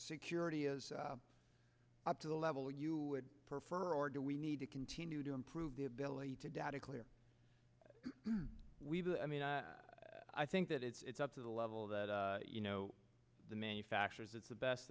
security is up to the level you would prefer or do we need to continue to improve the ability to data clear i mean i think that it's up to the level that you know the manufacturers it's the best